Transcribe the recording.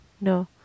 No